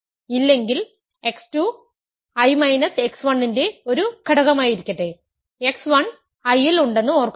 ഇല്ലെങ്കിൽ x 2 I x 1 ന്റെ ഒരു ഘടകമായിരിക്കട്ടെ x 1 I ൽ ഉണ്ടെന്ന് ഓർക്കുക